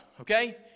Okay